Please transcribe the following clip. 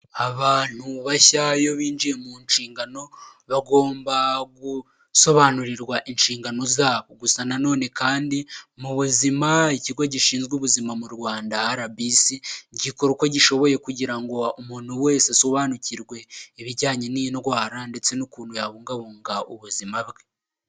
Abantu bashya iyo binjiye mu nshingano bagomba gusobanurirwa inshingano zabo gusa na none kandi mu buzima ikigo gishinzwe ubuzima mu Rwanda arabisi gikora uko gishoboye kugira ngo umuntu wese asobanukirwe ibijyanye n'indwara ndetse n'ukuntu yabungabunga ubuzima bwe.